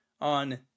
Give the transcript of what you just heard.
on